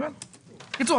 בקיצור,